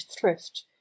thrift